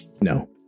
No